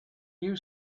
you